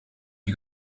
you